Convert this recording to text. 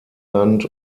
land